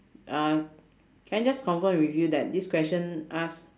uh can I just confirm with you that this question ask